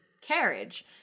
carriage